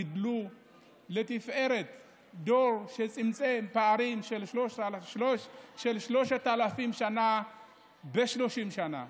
גידלו לתפארת דור שצמצם פערים של 3,000 שנה ב-30 שנה.